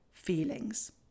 Feelings